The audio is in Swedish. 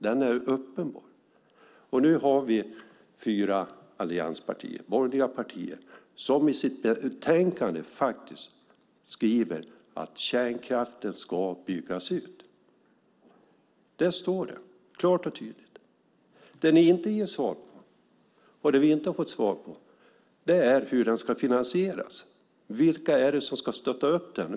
Det är uppenbart. Nu har vi fyra allianspartier som i sitt betänkande faktiskt skriver att kärnkraften ska byggas ut. Det står där klart och tydligt. Det ni inte ger svar på är hur den ska finansieras. Vilka är det som ska stötta upp den?